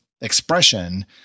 Expression